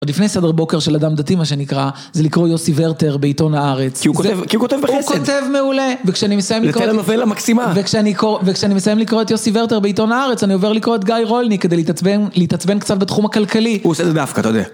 עוד לפני סדר בוקר של אדם דתי, מה שנקרא, זה לקרוא יוסי ורטר בעיתון הארץ כי הוא כותב בחסד, הוא כותב מעולה. וכשאני מסיים לקרוא את יוסי ורטר בעיתון הארץ, אני עובר לקרוא את גיא רולניק כדי להתעצבן קצת בתחום הכלכלי. הוא עושה את זה דווקא, אתה יודע